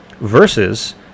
Versus